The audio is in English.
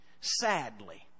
sadly